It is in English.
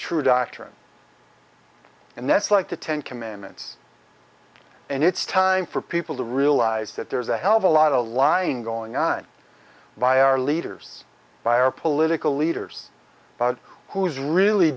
true doctrine and that's like the ten commandments and it's time for people to realize that there's a hell of a lot a lying going on by our leaders by our political leaders about who's really